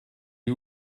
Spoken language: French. est